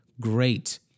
great